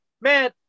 man